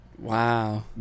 wow